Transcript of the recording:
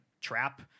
trap